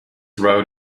road